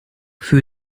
für